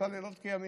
שעשה לילות כימים,